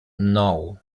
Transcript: nou